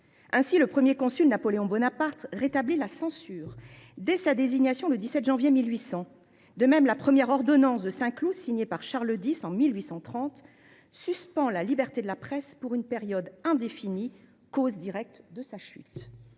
Ainsi, le Premier consul Napoléon Bonaparte rétablit la censure dès sa désignation, le 17 janvier 1800 ; de même, la première ordonnance de Saint Cloud signée par Charles X en 1830 suspend la liberté de la presse pour une période indéfinie, cause directe de sa chute.